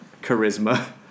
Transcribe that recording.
charisma